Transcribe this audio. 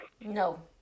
No